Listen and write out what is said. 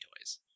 toys